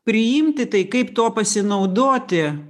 priimti tai kaip tuo pasinaudoti